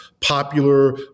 popular